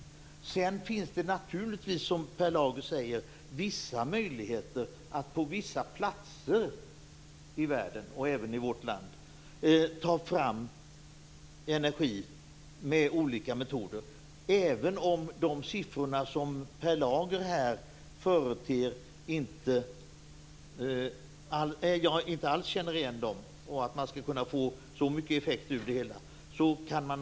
Därutöver finns det naturligtvis, som Per Lager säger, vissa möjligheter att på vissa platser i världen och även i vårt land ta fram energi med olika metoder, även om jag inte alls känner igen de siffror som Per Lager här företer.